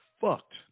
fucked